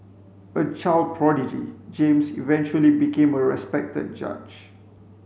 a child prodigy James eventually became a respected judge